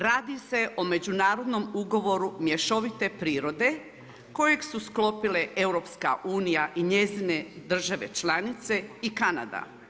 Radi se međunarodnom ugovoru mješovite prirode, kojeg su sklopile EU i njezine države članice i Kanada.